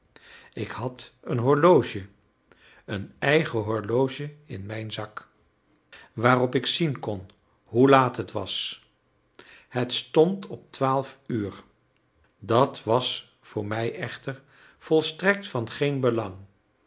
ik had een horloge een eigen horloge in mijn zak waarop ik zien kon hoe laat het was het stond op twaalf uur dat was voor mij echter volstrekt van geen belang